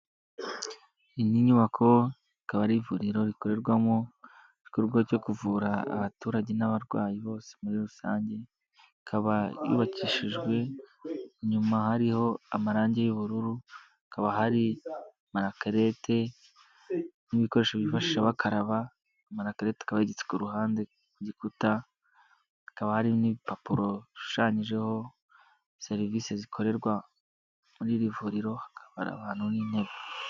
Iyi ni inyubako ikaba ari ivuriro rikorerwamo igikorwa cyo kuvura abaturage n'abarwayi bose muri rusange, ikaba yubakishijwe inyuma hariho amarangi y'ubururu hakaba hari amarakilete n'ibikoresho bifasha bakaraba, amarakilete akaba yegetse ku ruhande rw'igikuta hakaba hari n'ibipapuro bishushanyijeho serivisi zikorerwa muri iri vuriro hakaba hari abantu n'intebe.